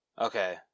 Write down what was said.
Okay